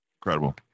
Incredible